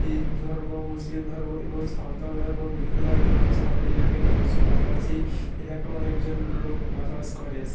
হিন্দু ধর্ম মুসলিম ধর্ম এবং সাঁওতাল ধর্ম বিভিন্ন ধর্মের মানুষ আমাদের এলাকায় বস পাশাপাশি এলাকা অনেকজন লোক বাসাবাস করেস